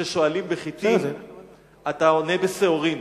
כששואלים בחיטים אתה עונה בשעורים.